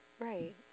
Right